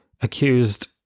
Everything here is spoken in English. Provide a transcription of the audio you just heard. accused